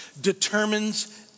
determines